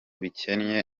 bikennye